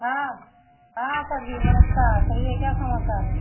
हाँ हाँ सर जी नमस्कार कहिए क्या समाचार है